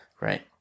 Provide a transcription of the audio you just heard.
Right